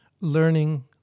learning